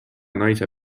naise